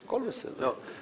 הכול בסדר.